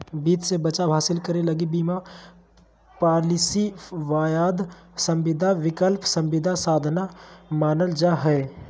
वित्त मे बचाव हासिल करे लगी बीमा पालिसी, वायदा संविदा, विकल्प संविदा साधन मानल जा हय